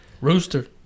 Rooster